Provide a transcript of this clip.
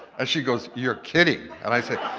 and she goes, you're kidding. and i say,